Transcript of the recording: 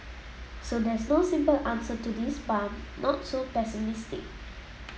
so there's no simple answer to this but I'm not so pessimistic